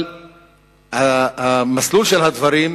אבל המסלול של הדברים,